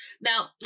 Now